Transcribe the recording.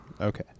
Okay